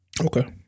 okay